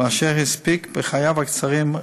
ואשר הספיק בחייו הקצרים,